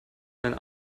einen